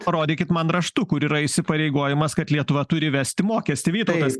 parodykit man raštu kur yra įsipareigojimas kad lietuva turi įvesti mokestį vytautas